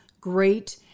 great